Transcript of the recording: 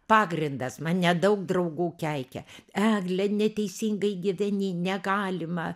pagrindas mane daug draugų keikia egle neteisingai gyveni negalima